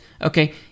okay